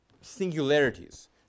singularities